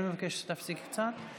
אני מבקש שתפסיק קצת,